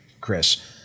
Chris